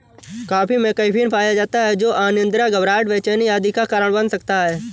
coffee में caffeine पाया जाता है जो अनिद्रा, घबराहट, बेचैनी आदि का कारण बन सकता है